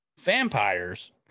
Vampires